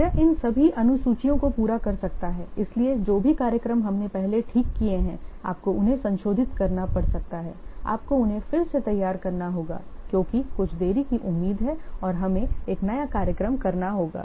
यह इन सभी अनुसूचियों को पूरा कर सकता है इसलिए जो भी कार्यक्रम हमने पहले ठीक किए हैं आपको उन्हें संशोधित करना पड़ सकता है आपको उन्हें फिर से तैयार करना होगा क्योंकि कुछ देरी की उम्मीद है और हमें एक नया कार्यक्रम बनाना होगा